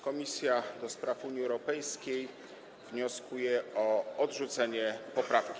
Komisja do Spraw Unii Europejskiej wnioskuje o odrzucenie poprawki.